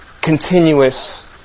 continuous